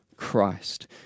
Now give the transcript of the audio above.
Christ